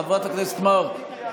חברת הכנסת מארק.